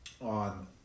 on